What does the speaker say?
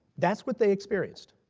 that's what they experienced.